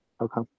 Okay